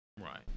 Right